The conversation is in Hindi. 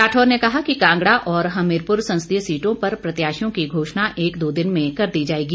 राठौर ने कहा कि कांगड़ा और हमीरपुर संसदीय सीटों पर प्रत्याशियों की घोषणा एक दो दिन में कर दी जाएगी